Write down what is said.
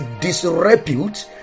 disrepute